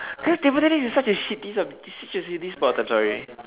right table tennis is such a shitty sub~ it's such a shitty sports I'm sorry